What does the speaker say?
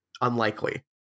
unlikely